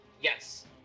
Yes